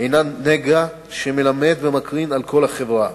הינה נגע שמלמד ומקרין על כל החברה.